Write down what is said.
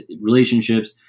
relationships